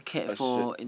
a shirt